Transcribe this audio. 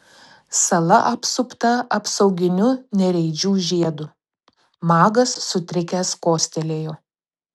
sala apsupta apsauginiu nereidžių žiedu magas sutrikęs kostelėjo